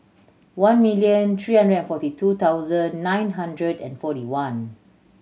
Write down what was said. one million three hundred and forty two thousand nine hundred and forty one